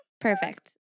Perfect